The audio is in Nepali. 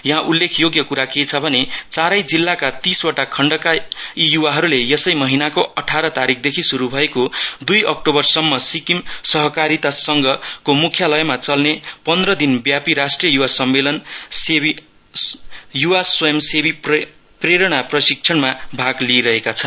यहाँ उल्लेख योग्य कुरा के छ भने चारै जिल्लाका तीसवटा खण्डका यी युवाहरूले यसै महिनाको अठार तारिकदेखि शुरु भएको दुई अक्टोबरसम्म सिक्किम सरकारिता संघको मुख्यालयमा चल्ने पन्द्र दिनव्यापि राष्ट्रिय युवा स्वंय सेवी प्रेरण प्रशिक्षणमा भाग लिइरहेका छन्